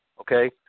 Okay